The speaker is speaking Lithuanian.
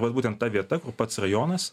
vat būtent ta vieta kur pats rajonas